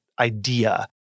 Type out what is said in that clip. Idea